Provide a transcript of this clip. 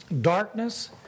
darkness